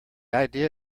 idea